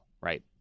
right